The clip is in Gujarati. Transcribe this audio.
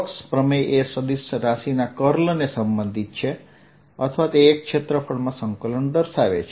સ્ટોક્સ પ્રમેય એ સદિશ રાશીના કર્લને સંબંધિત છે અથવા તે એક ક્ષેત્રફળમાં સંકલન દર્શાવે છે